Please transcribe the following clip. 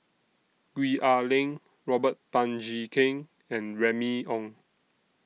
Gwee Ah Leng Robert Tan Jee Keng and Remy Ong